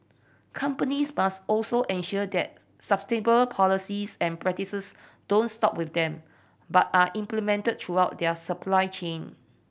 companies must also ensure that sustainable policies and practices don't stop with them but are implemented throughout their supply chain